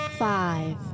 Five